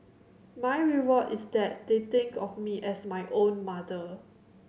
my reward is that they think of me as my own mother